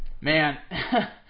man